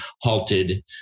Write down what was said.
halted